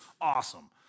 Awesome